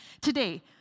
today